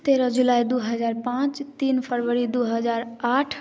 तेरह जुलाई दू हजार पाँच तीन फरवरी दू हजार आठ